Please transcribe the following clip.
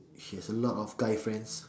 she has a lot of guy friends